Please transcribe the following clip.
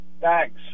Thanks